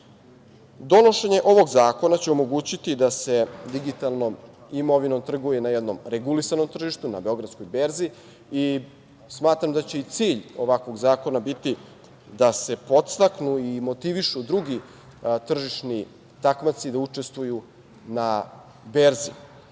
imovine. Donošenje ovog zakona će omogućiti da se digitalnom imovinom trguje na jednom regulisanom tržištu, na Beogradskoj berzi i smatram da će i cilj ovakvog zakona biti da se podstaknu i motivišu drugi tržišni takmaci da učestvuju na berzi. Kada